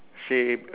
safe